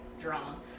drama